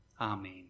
Amen